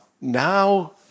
Now